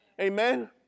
Amen